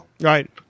Right